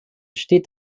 steht